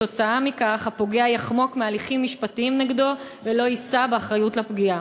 וכתוצאה מכך הפוגע יחמוק מהליכים משפטיים נגדו ולא יישא באחריות לפגיעה.